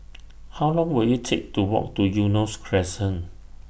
How Long Will IT Take to Walk to Eunos Crescent